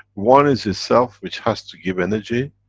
one is itself, which has to give energy,